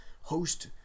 Host